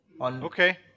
Okay